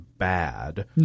Bad